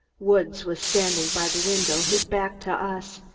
woods was standing by the window, his back to us,